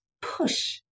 push